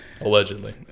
allegedly